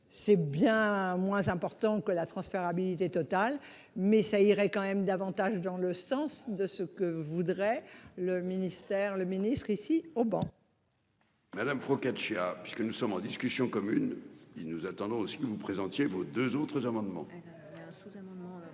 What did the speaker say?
c'est bien moins important que la transférabilité totale mais ça irait quand même davantage dans le sens de ce que voudrait le ministère le ministre ici au banc. Madame Procaccia puisque nous sommes en discussion commune il nous attendons ce que vous présentiez vos 2 autres amendements.